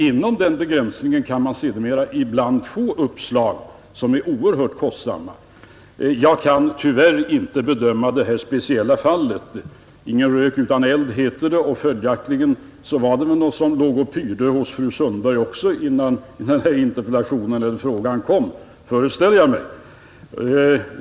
Inom den begränsningen kan man sedermera ibland få uppslag som är oerhört kostsamma. Jag kan tyvärr inte bedöma det här speciella fallet. Ingen rök utan eld, heter det, och följaktligen var det något som låg och pyrde hos fru Sundberg också innan den här frågan kom, föreställer jag mig.